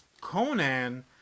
Conan